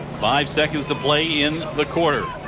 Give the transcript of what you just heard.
five seconds to play in the quarter.